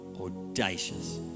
audacious